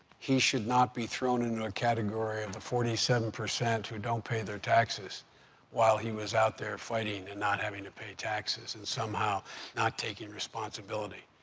he should not be thrown into a category of the forty seven percent who don't pay their taxes while he was out there fighting and not having to pay taxes and somehow not taking responsibility.